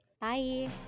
bye